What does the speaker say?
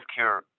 Healthcare